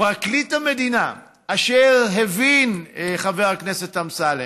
פרקליט המדינה, אשר הבין, חבר הכנסת אמסלם,